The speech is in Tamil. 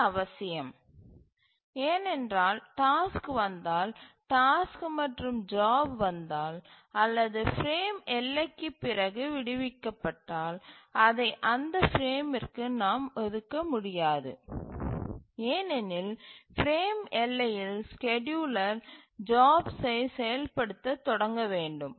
இது அவசியம் ஏனென்றால் டாஸ்க்கு வந்தால் டாஸ்க்கு மற்றும் ஜாப் வந்தால்அல்லது பிரேம் எல்லைக்குப் பிறகு விடுவிக்கப்பட்டால் அதை அந்த பிரேமிற்கு நாம் ஒதுக்க முடியாது ஏனெனில் பிரேம் எல்லையில் ஸ்கேட்யூலர் ஜாப்யைச் செயல்படுத்தத் தொடங்க வேண்டும்